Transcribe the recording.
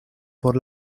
por